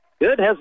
Good